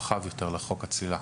הרחב יותר לחוק הצלילה.